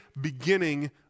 beginning